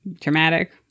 traumatic